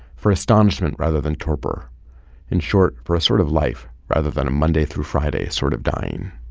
for astonishment rather than torpor in short, for a sort of life rather than a monday through friday sort of dying